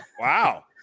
Wow